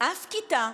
אף כיתה,